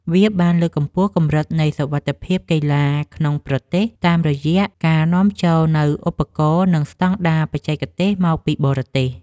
វាបានលើកកម្ពស់កម្រិតនៃសុវត្ថិភាពកីឡាក្នុងប្រទេស តាមរយៈការនាំចូលនូវឧបករណ៍ និងស្ដង់ដារបច្ចេកទេសមកពីបរទេស។